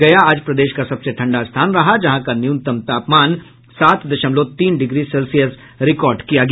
गया आज प्रदेश का सबसे ठंडा स्थान रहा जहां का न्यूनतम तापमान सात दशमलव तीन डिग्री सेल्सियस रिकॉर्ड किया गया